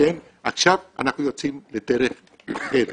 עכשיו אנחנו יוצאים לדרך אחרת